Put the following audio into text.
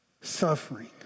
suffering